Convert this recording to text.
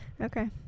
Okay